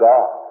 God